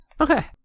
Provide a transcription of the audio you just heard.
Okay